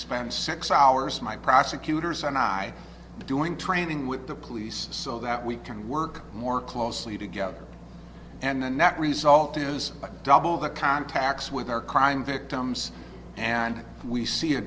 spend six hours my prosecutors and i doing training with the police so that we can work more closely together and the net result is double the contacts with our crime victims and we see a